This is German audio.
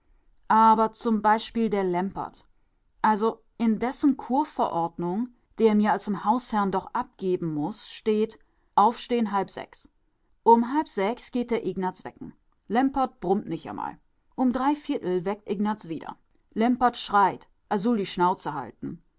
aber zum beispiel der lempert also in dessen kurverordnung die er mir als m hausherrn doch abgeben muß steht aufstehn halb sechs um halb sechs geht der ignaz wecken lempert brummt nich amal um dreiviertel weckt ignaz wieder lempert schreit a sull die schnauze halten